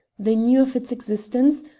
they knew of its existence,